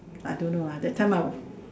I don't know ah that time I